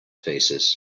faces